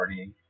partying